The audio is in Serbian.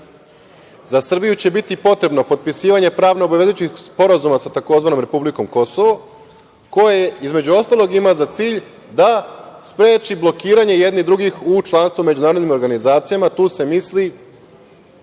za Srbiju će biti potrebno potpisivanje pravno obavezujućih sporazuma sa tzv. republikom Kosovo, koje između ostalog ima za cilj da spreči blokiranje jedni drugih u članstvo u međunarodnim organizacijama. Tu se misli